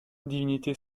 divinité